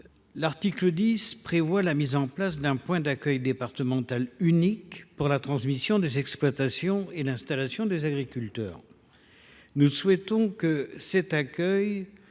L’article 10 prévoit la mise en place d’un point d’accueil départemental unique pour la transmission des exploitations et l’installation des agriculteurs. Nous souhaitons que cet accueil